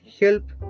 help